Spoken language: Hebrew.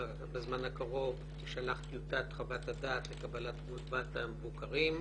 בזמן הקרוב תישלח טיוטת חוות הדעת לקבלת תגובת המבוקרים.